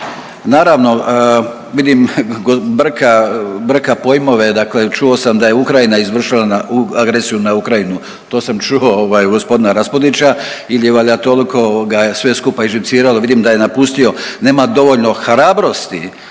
Naravno vidim brka, brka pojmove dakle čuo sam da je Ukrajina izvršila agresiju na Ukrajinu. To sam čuo ovaj od g. Raspudića ili je valjda toliko ovoga sve skupa iživcirao, vidim da je napustio, nema dovoljno hrabrosti